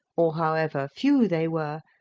or however few they were,